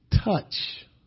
touch